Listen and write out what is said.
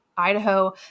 Idaho